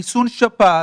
את חיסון השפעת,